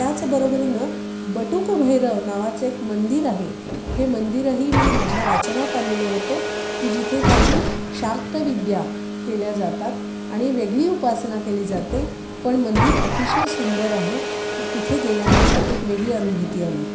त्याचबरोबरीनं बटुक भैरव नावाचं एक मंदिर आहे हे मंदिरही मी माझ्या वाचनात आलेलं होतं की जिथे काही शाक्त विद्या केल्या जातात आणि वेगळी उपासना केली जाते पण मंदिर अतिशय सुंदर आहे तिथे गेल्यानंतर एक वेगळी अनुभूती आली